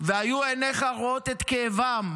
והיו עיניך רואות את כאבם,